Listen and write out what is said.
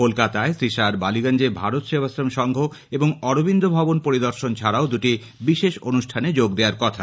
কলকাতায় শ্রী শাহ র বালীগঞ্জে ভারত সেবাশ্রম সংঘ এবং অরবিন্দ ভবন পরিদর্শন ছাডাও দুটি বিশেষ অনুষ্ঠানে যোগ দেওয়া কথা